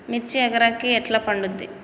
మిర్చి ఎకరానికి ఎట్లా పండుద్ధి?